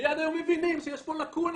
מיד היו מבינים שיש פה לקונה,